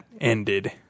ended